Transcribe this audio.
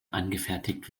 angefertigt